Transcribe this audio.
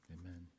Amen